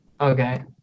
Okay